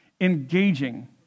engaging